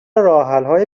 راهحلهای